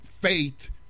faith